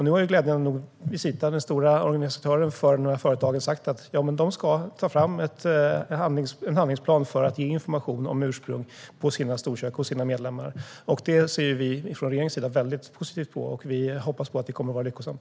Nu har glädjande nog Visita, den stora organisationen för de här företagen, sagt att de ska ta fram en handlingsplan för att deras medlemmar ska kunna ge information om ursprung på maten i storkök. Detta ser vi från regeringens sida väldigt positivt på. Vi hoppas att det kommer att vara lyckosamt.